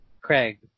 Craig